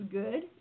good